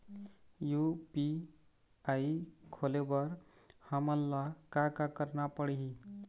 UPI खोले बर हमन ला का का करना पड़ही?